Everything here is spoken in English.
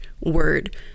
word